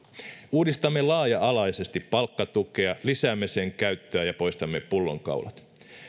uudistamme laaja alaisesti palkkatukea lisäämme sen käyttöä ja poistamme pullonkaulat